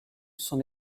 son